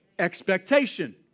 expectation